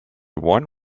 one